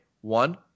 one